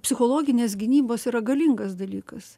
psichologinės gynybos yra galingas dalykas